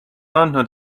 andnud